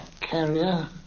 carrier